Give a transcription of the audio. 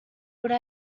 would